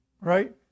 right